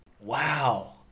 Wow